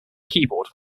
keyboard